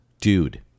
Dude